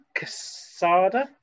Casada